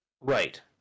Right